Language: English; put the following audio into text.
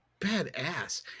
badass